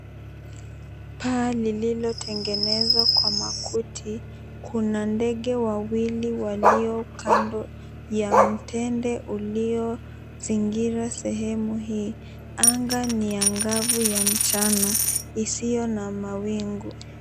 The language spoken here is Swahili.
Paa lililotengenezwa kwa makuti kuna ndege wawili walio kando ya mtende iliyozingira sehemu hii. Anga ni angavu ya mchana isiyo na mawingu.